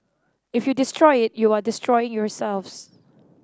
if you destroy it you are destroying yourselves